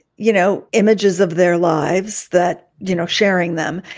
you know, images of their lives that, you know, sharing them.